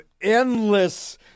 endless